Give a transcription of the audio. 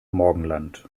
morgenland